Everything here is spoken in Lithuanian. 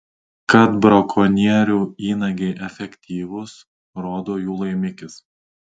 kad brakonierių įnagiai efektyvūs rodo jų laimikis